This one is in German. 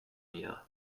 mir